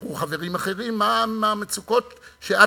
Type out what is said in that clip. וסיפרו חברים אחרים על המצוקות שאת